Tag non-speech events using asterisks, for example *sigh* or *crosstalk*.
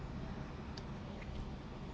*noise*